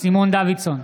סימון דוידסון,